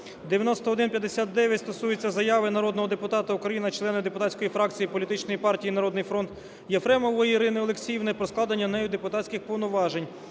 9159 стосується заяви народного депутата України, члена депутатської фракції політичної партії "Народний фронт" Єфремової Ірини Олексіївни про складення нею депутатських повноважень,